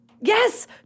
Yes